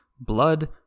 Blood